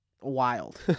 wild